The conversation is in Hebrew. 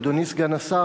אדוני סגן השר,